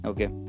Okay